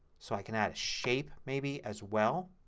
so i can add a shape, maybe, as well.